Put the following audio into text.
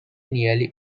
nearly